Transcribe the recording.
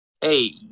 Hey